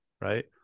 right